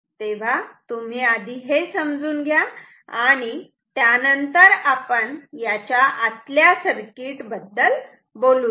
तेव्हा तुम्ही आधी हे समजून घ्या आणि त्यानंतर आपण याच्या आतल्या सर्किट बद्दल बोलूयात